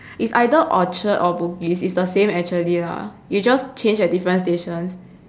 is either orchard or bugis is the same actually lah you just change at different stations